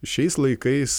šiais laikais